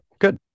good